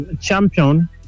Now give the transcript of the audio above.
champion